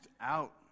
out